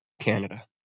Canada